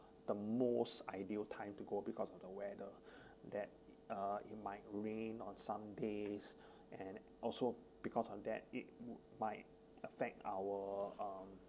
the most ideal time to go because of the weather that uh it might rain on some days and also because of that it might affect our um